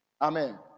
Amen